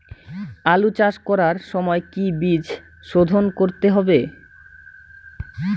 আলু চাষ করার সময় কি বীজ শোধন করতে হবে?